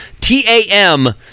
T-A-M